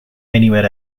anywhere